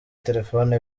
telefoni